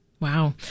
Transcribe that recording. Wow